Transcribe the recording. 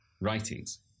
Writings